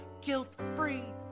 guilt-free